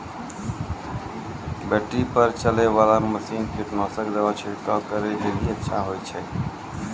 Battery पर चलै वाला मसीन कीटनासक दवा छिड़काव करै लेली अच्छा होय छै?